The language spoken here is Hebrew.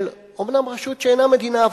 אומנם של רשות שאינה מדינה,